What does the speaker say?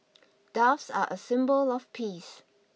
doves are a symbol of peace